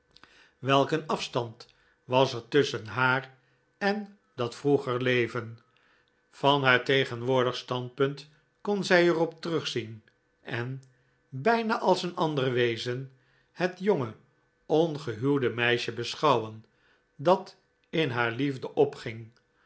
een afstand was er tusschen haar en dat vroeger leven van haar tegenwoordig standpunt kon zij er op terugzien en bijna als een ander wezen het jonge ongehuwde meisje beschouwen dat in haar liefde opging